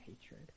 hatred